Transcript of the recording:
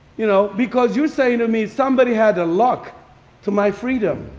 you know because you're saying to me, somebody had a lock to my freedom.